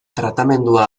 tratamendua